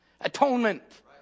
atonement